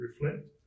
reflect